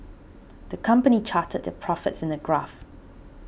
the company charted their profits in a graph